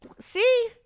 see